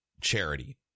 charity